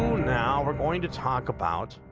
now we're going to talk about